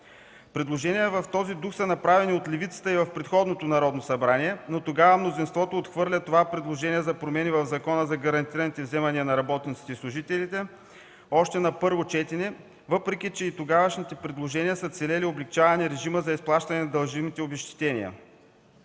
Предложения в този дух са направени от левицата и в предходното Народно събрание, но тогава мнозинството още на първо четене отхвърля предложението за промени в Закона за гарантираните вземания на работниците и служителите при несъстоятелност на работодателя, въпреки че и тогавашните предложения са целели увеличаване режима за изплащане на дължимите обезщетения.